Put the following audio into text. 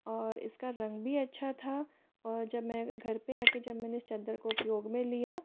और इसका रंग भी अच्छा था और जब मैं घर पर आकर जब मैंने चद्दर को उपयोग में लिया